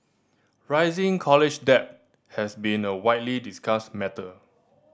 rising college debt has been a widely discussed matter